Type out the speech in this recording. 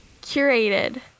curated